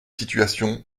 situations